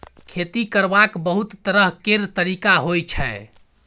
खेती करबाक बहुत तरह केर तरिका होइ छै